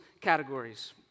categories